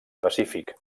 pacífic